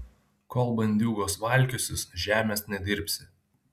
kol bandiūgos valkiosis žemės nedirbsi